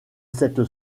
cette